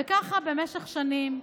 וככה במשך שנים.